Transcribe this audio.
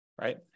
right